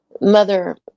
Mother